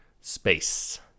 Space